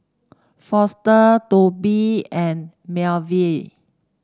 Foster Tobi and Melville